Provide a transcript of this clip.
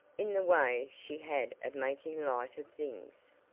in the way she had of making light of things.